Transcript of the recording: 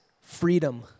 freedom